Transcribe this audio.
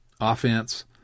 offense